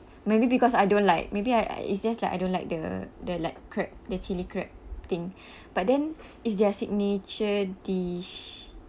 maybe because I don't like maybe I it's just like I don't like the the like crab the chilli crab thing but then it's their signature dish